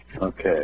okay